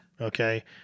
okay